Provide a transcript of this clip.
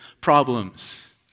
problems